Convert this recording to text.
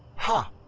ha!